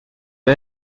bir